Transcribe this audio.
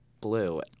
Blue